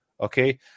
okay